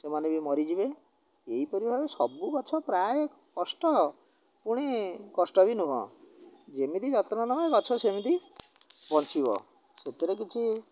ସେମାନେ ବି ମରିଯିବେ ଏହିପରି ଭାବରେ ସବୁ ଗଛ ପ୍ରାୟ କଷ୍ଟ ପୁଣି କଷ୍ଟ ବି ନୁହଁ ଯେମିତି ଯତ୍ନ ନୁହେ ଗଛ ସେମିତି ବଞ୍ଚିବ ସେଥିରେ କିଛି